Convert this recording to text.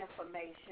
information